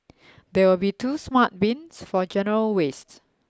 there will be two smart bins for general wastes